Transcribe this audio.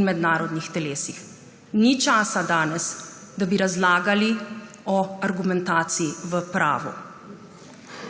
in mednarodnih telesih.« Danes ni časa, da bi razlagali o argumentaciji v pravu.